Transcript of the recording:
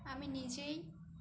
আমি নিজেই